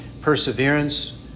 perseverance